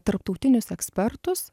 tarptautinius ekspertus